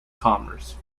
commerce